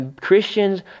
Christians